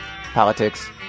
Politics